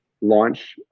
launch